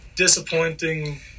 disappointing